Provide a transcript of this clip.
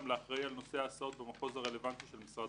לאחראי על נושא ההסעות במחוז הרלוונטי של משרד